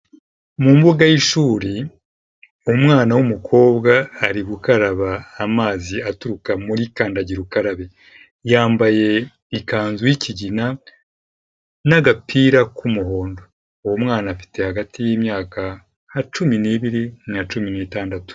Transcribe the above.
Mu mbuga y'ishuri umwana w'umukobwa ari gukaraba amazi aturuka muri kandagira ukarabe. Yambaye ikanzu y'ikigina n'agapira k'umuhondo, uwo mwana afite hagati y'imyaka nka cumi n'ibiri na cumi n'itandatu.